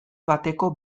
bateko